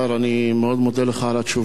אני מאוד מודה לך על התשובה,